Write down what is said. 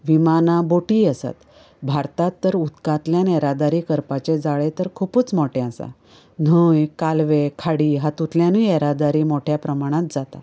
विमानां बोटीय आसात भारतांत तर उदकांतल्यान येरादारी करपाचे जाळें तर खूबच मोठें आसा न्हंय कालवें खाडी हातूंतल्यानय येरादारी मोठ्या प्रमाणांत जाता